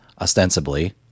ostensibly